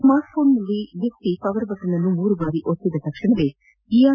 smart phone ನಲ್ಲಿ ವ್ಯಕ್ತಿ power button ಅನ್ನು ಮೂರು ಬಾರಿ ಒತ್ತಿ ತಕ್ಷಣವೇ ಇಆರ್